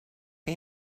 que